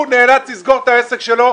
הוא נאלץ לסגור את העסק שלו,